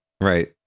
right